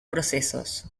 procesos